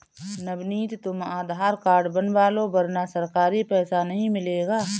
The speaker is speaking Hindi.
नवनीत तुम आधार कार्ड बनवा लो वरना सरकारी पैसा नहीं मिलेगा